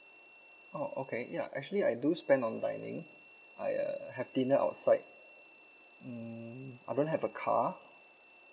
oh okay ya actually I do spend on dining I uh have dinner outside mm I don't have a car